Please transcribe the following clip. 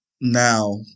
now